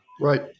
Right